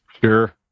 Sure